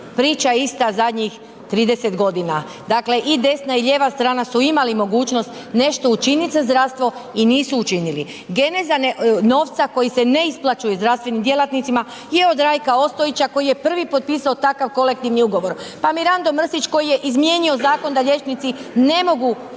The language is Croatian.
priča ista zadnjih 30.g., dakle i desna i lijeva strana su imali mogućnost nešto učinit za zdravstvo i nisu učinili. Geneza novca koji se ne isplaćuje zdravstvenim djelatnicima je od Rajka Ostojića koji je prvi potpisao takav kolektivni ugovor, pa Mirando Mrsić koji je izmijenio zakon da liječnici ne mogu